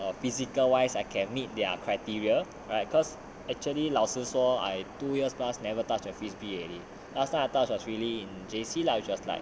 physical wise I can meet their criteria right cause actually 老师说 I two years plus never touch a frisbee already last time I touch was really in J_C lah which was like